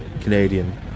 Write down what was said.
Canadian